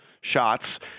shots